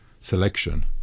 selection